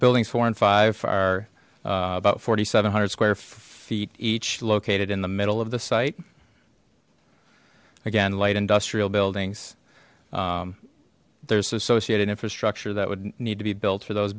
buildings four and five are about four seven hundred square feet each located in the middle of the site again light industrial buildings there's associated infrastructure that would need to be built for those